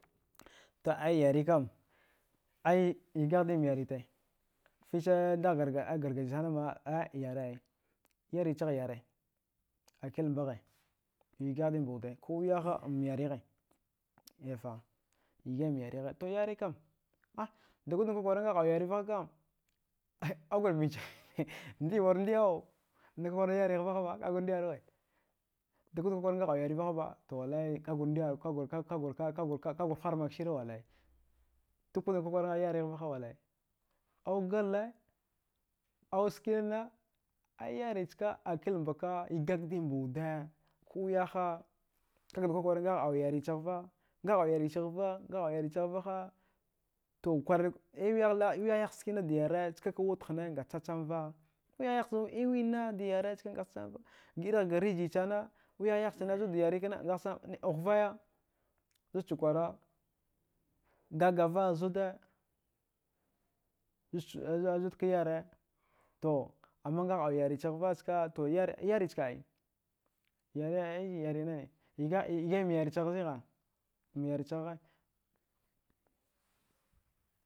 To ai yarekam ai yigaghdim yarite fiche dagh gargajiya sanama ai yarichagh yare akilmbagha yigaghdi mbuwude kuwiyaha mbayarighe efa yighaimb yarighe to yarikam ah duwudana kwakwara ngagh au yarivakakam agur ndiɗ maru ndiɗau nakwakwara yareghva haba kagur ndiɗaruwa dukna kwakwara ngagh au yareva haba to wallai kagur ndiɗaruwe kagwar huwar maksirewallai dukana kwakwara yarighvaha wallai au galleau skina ai yarechka akilmbaka yigakdi mbauda kuwiyaha kakada kwakwara ngagh au yarichaghva ha, ngagh au yarichaghva nghagh au yarichagvaha to kwarika wiyahyahch skina dyare skakwud hne ngat chachamva wiyah yahcha e winna da yare ska ngat chachamva ga irighga rijiya sana wiyahyahchana zudda da yare kna ghuvaya zudcha kwara gagava zuda azu azud kayare to amma ngagh au yarichaghva ska to yari chka ai yare ai yarenani yigai yigaim yarichagh zghigha myarichaghghe